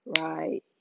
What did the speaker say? right